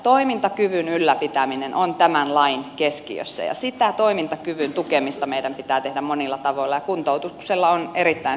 toimintakyvyn ylläpitäminen on tämän lain keskiössä ja sitä toimintakyvyn tukemista meidän pitää tehdä monilla tavoilla ja kuntoutuksella on erittäin suuri rooli siinä